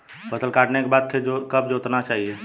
फसल काटने के बाद खेत कब जोतना चाहिये?